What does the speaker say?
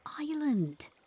Island